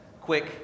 quick